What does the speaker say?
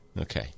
Okay